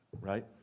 right